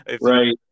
Right